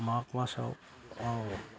माग मासाव